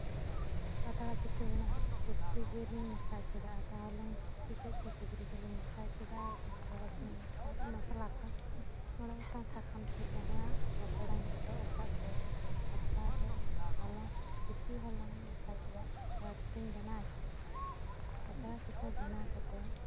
ᱯᱟᱛᱲᱟ ᱯᱤᱴᱷᱟᱹ ᱵᱮᱱᱟᱣ ᱠᱚᱛᱛᱮ ᱥᱩᱠᱨᱤ ᱡᱤᱞᱤᱧ ᱢᱮᱥᱟ ᱠᱮᱫᱟ ᱟᱫᱚ ᱦᱚᱞᱚᱝ ᱥᱤᱯᱤ ᱠᱮᱫ ᱛᱮ ᱥᱩᱠᱨᱩ ᱡᱤᱞᱤᱧ ᱢᱮᱥᱟ ᱠᱮᱫᱟ ᱯᱮᱸᱭᱟᱡ ᱨᱟᱥᱩᱱᱤᱧ ᱢᱮᱥᱟᱣᱟᱫᱟ ᱢᱚᱥᱞᱟ ᱠᱚ ᱢᱚᱬᱮ ᱜᱚᱴᱟᱝ ᱥᱟᱠᱟᱢᱛᱮ ᱡᱟᱦᱟᱸ ᱯᱟᱛᱲᱟᱹ ᱨᱚᱜ ᱟᱠᱟᱫ ᱫᱚ ᱚᱱᱟ ᱯᱟᱛᱲᱟ ᱨᱮ ᱱᱚᱣᱟ ᱦᱚᱞᱚᱝ ᱥᱤᱯᱤ ᱦᱚᱝᱤᱧ ᱢᱮᱥᱟ ᱠᱚᱫᱟ ᱛᱟᱨᱯᱚᱨᱮ ᱯᱟᱛᱰᱟ ᱯᱤᱴᱷᱟᱹᱧ ᱵᱮᱱᱟᱣ ᱠᱮᱫᱟ ᱯᱟᱛᱲᱟ ᱯᱤᱴᱷᱟᱹ ᱵᱮᱱᱟᱣ ᱠᱟᱛᱮ